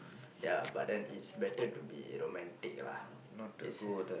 ya but then it's better to be romantic lah is a